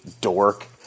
dork